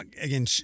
again